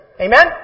Amen